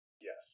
yes